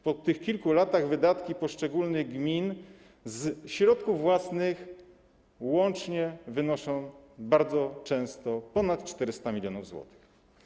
Po tych kilku latach wydatki poszczególnych gmin z środków własnych łącznie wynoszą bardzo często ponad 400 mln zł.